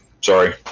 Sorry